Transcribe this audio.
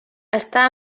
està